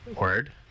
word